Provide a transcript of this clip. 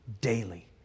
daily